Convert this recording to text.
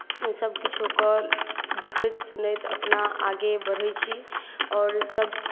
सभकिछोकेँ देखैत सुनैत अपना आगे बढ़ै छी आओर सभ